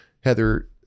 Heather